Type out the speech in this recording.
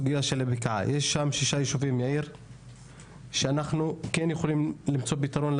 יש ששה יישובים שאנחנו כן יכולים למצוא להם פתרון,